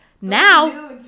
Now